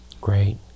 Great